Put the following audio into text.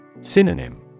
Synonym